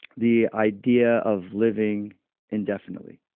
the idea of living indefinitely,